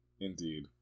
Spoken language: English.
Indeed